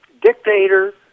dictator